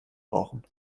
brauchen